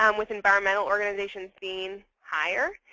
um with environmental organizations being higher.